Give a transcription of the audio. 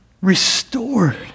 restored